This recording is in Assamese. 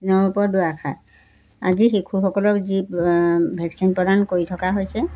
আজি শিশুসকলক যি ভেকচিন প্ৰদান কৰি থকা হৈছে